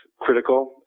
critical